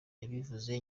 yabivuze